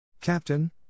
Captain